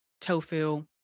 tofu